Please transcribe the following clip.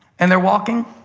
and they're walking